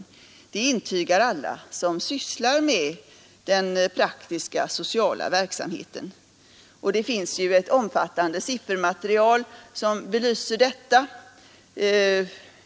Detta intygar alla som sysslar med den praktiska sociala verksamheten. Det finns också ett omfattande siffermaterial som belyser detta.